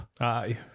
Aye